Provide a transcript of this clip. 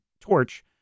Torch